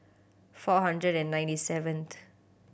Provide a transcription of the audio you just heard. four hundred and ninety seven